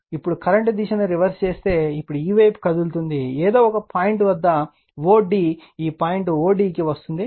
ఇప్పుడు కరెంట్ దిశను రివర్స్ చేస్తే ఇప్పుడు ఈ వైపు కదులుతుంది ఏదో ఒక పాయింట్ o d ఈ పాయింట్ o d కి వస్తుంది